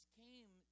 came